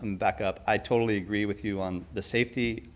um back up i totally agree with you on the safety.